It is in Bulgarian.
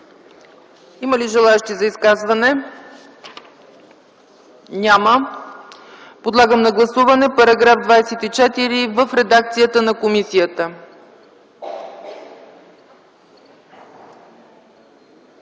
Има ли желаещи за изказвания? Подлагам на гласуване § 98 в редакцията на комисията.